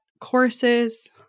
courses